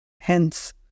Hence